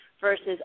versus